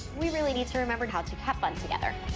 we really need to remember how to have fun together.